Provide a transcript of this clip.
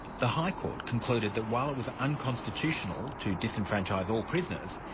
the high court concluded that while it was unconstitutional to disenfranchise all prisoners,